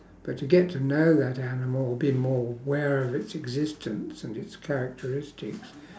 but to get to know that animal or be more aware of its existence and its characteristics